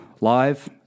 live